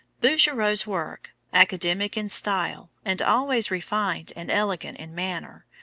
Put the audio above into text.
bouguereau's work, academic in style, and always refined and elegant in manner,